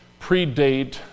predate